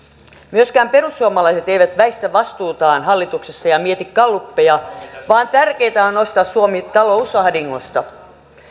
myöskään perussuomalaiset eivät väistä vastuutaan hallituksessa ja ja mieti gallupeja vaan tärkeintä on on nostaa suomi talousahdingosta